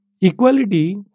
Equality